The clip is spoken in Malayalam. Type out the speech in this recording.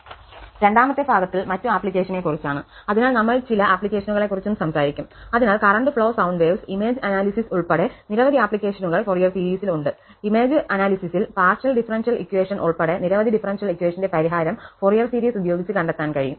രണ്ടാമത്തെ ഭാഗത്തിൽ മറ്റു ആപ്ലിക്കേഷനെ കുറിച്ചാണ് അതിനാൽ നമ്മൾ ചില ആപ്ലിക്കേഷനുകളെക്കുറിച്ചും സംസാരിക്കും അതിനാൽ current flow sound waves image analysis ഉൾപ്പെടെ നിരവധി ആപ്ലിക്കേഷനുകൾ ഫോറിയർ സീരീസിൽ ഉണ്ട് ഇമേജ് വിശകലനത്തിൽ പാർഷ്യൽ ഡിഫറൻഷ്യൽ ഇക്വഷൻ ഉൾപ്പെടെ നിരവധി ഡിഫറൻഷ്യൽ ഇക്വഷന്റെ പരിഹാരം ഫോറിയർ സീരീസ് ഉപയോഗിച്ച കണ്ടെത്താൻ കഴിയും